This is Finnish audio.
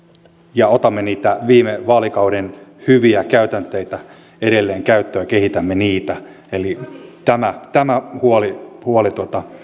ja otamme niitä viime vaalikauden hyviä käytänteitä edelleen käyttöön ja kehitämme niitä eli tämä tämä huoli huoli